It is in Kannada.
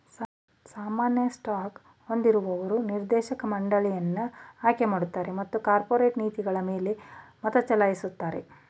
ಸಾಮಾನ್ಯ ಸ್ಟಾಕ್ ಹೊಂದಿರುವವರು ನಿರ್ದೇಶಕರ ಮಂಡಳಿಯನ್ನ ಆಯ್ಕೆಮಾಡುತ್ತಾರೆ ಮತ್ತು ಕಾರ್ಪೊರೇಟ್ ನೀತಿಗಳಮೇಲೆ ಮತಚಲಾಯಿಸುತ್ತಾರೆ